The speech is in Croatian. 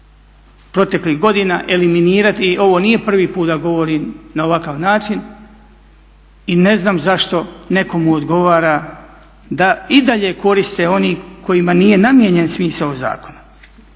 proteklih godina eliminirati, ovo nije prvi put da govorim na ovakav način i ne znam zašto nekomu odgovara da i dalje koriste oni kojima nije namijenjen smisao zakona.